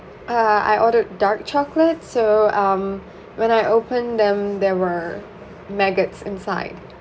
uh I ordered dark chocolate so um when I opened them there were maggots inside